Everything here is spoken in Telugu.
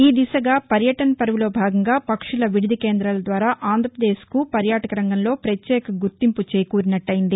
ఈ దిశగా పర్యటస పర్వ్లో భాగంగా పక్షుల విడిది కేంద్రాల ద్వారా ఆంధ్రప్రదేశ్కు పర్యాటక రంగంలో పత్యేక గుర్తింపు చేకూరినట్టయింది